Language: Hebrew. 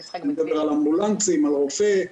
אני מדבר על אמבולנסים, על רופא.